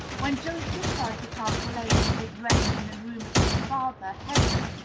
when joseph heard that archelaus did reign in the room of his father, herod,